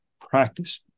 practice